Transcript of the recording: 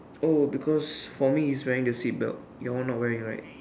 oh because for me he is wearing the seatbelt your one not wearing right